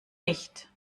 nicht